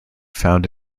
found